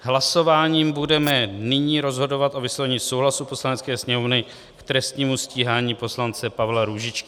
Hlasováním budeme nyní rozhodovat o vyslovení souhlasu Poslanecké sněmovny k trestnímu stíhání poslance Pavla Růžičky.